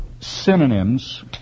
synonyms